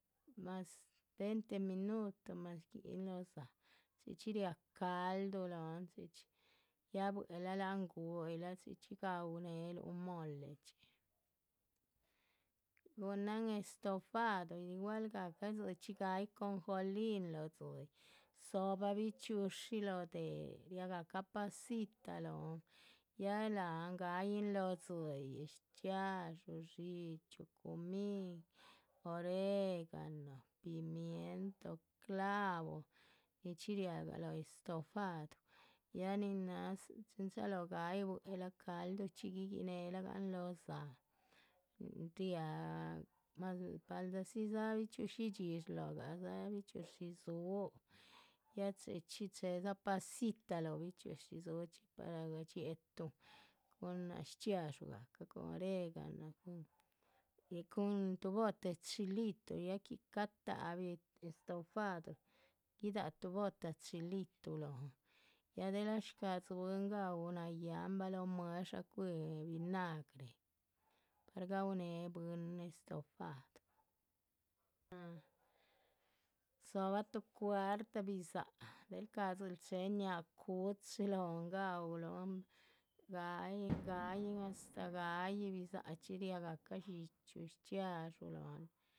Más veinte minuto más shguihin lóho dzáha, chxí chxí riáha calduh lóhon chxí chxí, ya buehla láhan gúyihlah chxí chxí láhan rdzuhunehluhn molechxi, gunahan estofado igualgahca dzichxí gáyih ajonjoli, lóho dzíyih dzóhobah bichxi´ushi lóho déh, riah gahca pasita lóhon, ya láhan gáyih lóho dzíyih, shchxiadxú, dxíchyu, cumín, oregano, pimientah, clavo, nichxí riahagh lóho estofado, ya nin náha chin chalóho gáyih buehla calduhchxi guigínehlahan. lóho dzáha, riáha más, paldahdzidzaa bichxi´ushi dxídshi lóhogadza bichxi´ushi dzúhu ya chxí chxí chéhedza pasita lóho bichxi´ushi dzúuh chxí. para dxiétuhun cun nah shchxiadxú, cun oregano, cun tuh bote chilotuh, ya que catáhbi estofado, guidáha tuh bota chilituh lóhon ya déhla shcádzi bwín gaú. nayáhnbah lóh mueh´dsha cuíhi vinagre, par gaú néhe bwín este, estofado dzóbah tu cuarta bidza´h del shcáhadziluh chéhe ñáhaa cuchi lóhon, gaúluhun. ga´yin, ga´yin astáh ga´yi bidza´h riahgahca dxíchyu, shchxiadxú lóhon